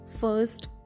first